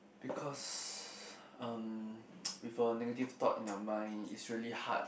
because um with a negative thought in your mind it's really hard